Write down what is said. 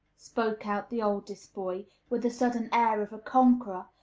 spoke out the oldest boy with a sudden air of a conqueror,